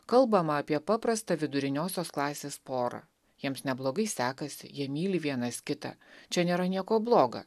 kalbama apie paprastą viduriniosios klasės porą jiems neblogai sekasi jie myli vienas kitą čia nėra nieko bloga